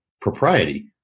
propriety